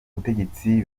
ubutegetsi